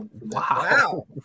Wow